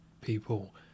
people